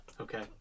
okay